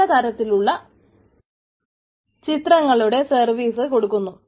പല തരത്തിലുള്ള ചിത്രങ്ങളുടെ സർവീസ് കൊടുക്കുന്നു